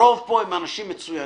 הרוב פה הם אנשים מצוינים.